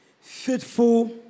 faithful